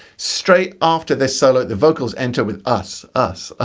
straight after this solo the vocals enter with us. us. ah